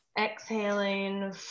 exhaling